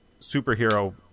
superhero